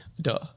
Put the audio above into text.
Duh